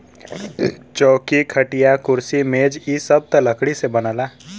चौकी, खटिया, कुर्सी मेज इ सब त लकड़ी से बनला